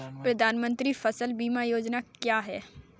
प्रधानमंत्री फसल बीमा योजना क्या है?